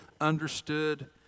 understood